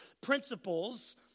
principles